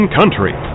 Country